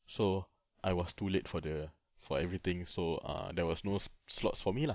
so I was too late for the for everything so uh there was no slots for me lah